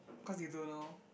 cause you don't know